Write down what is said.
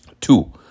Two